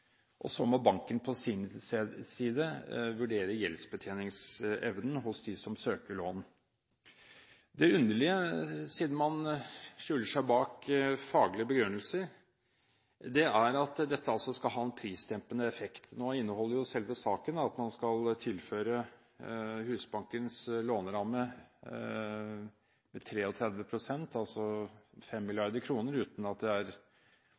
Og så må banken på sin side vurdere gjeldsbetjeningsevnen hos dem som søker lån. Det underlige er, siden man skjuler seg bak faglige begrunnelser, at dette altså skal ha en prisdempende effekt. Nå inneholder jo selve saken at man skal tilføre Husbankens låneramme 33 pst. mer – altså 5 mrd. kr – uten at det er